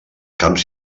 camps